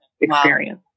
experience